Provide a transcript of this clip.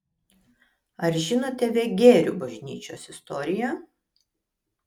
ar žinote vegerių bažnyčios istoriją